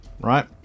right